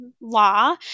law